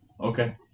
Okay